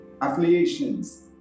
affiliations